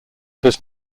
does